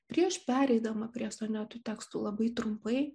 prieš pereidama prie sonetų tekstų labai trumpai